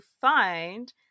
find